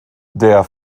der